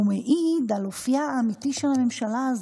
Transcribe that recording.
הוא מעיד על אופייה האמיתי של הממשלה הזאת,